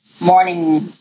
morning